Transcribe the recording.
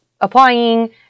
applying